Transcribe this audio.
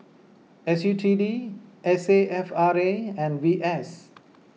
S U T D S A F R A and V S